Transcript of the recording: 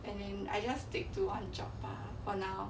and then I just take to one job bah for now